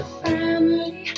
family